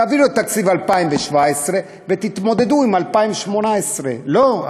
תעבירו את תקציב 2017 ותתמודדו עם 2018. אבל לא,